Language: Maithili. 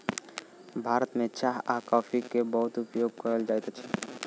भारत में चाह आ कॉफ़ी के बहुत उपयोग कयल जाइत अछि